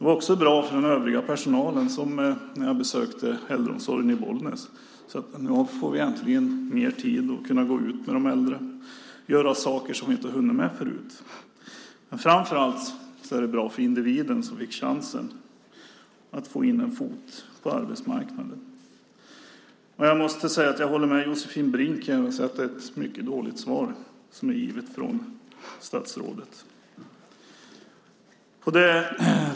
När jag besökte äldreomsorgen i Bollnäs sade den övriga personalen: Nu får vi äntligen mer tid och kan gå ut med de äldre och göra sådant som vi inte har hunnit med förut. Men det är framför allt bra för individen som fick chansen att få in en fot på arbetsmarknaden. Jag håller med Josefin Brink om att det är ett mycket dåligt svar som statsrådet har gett.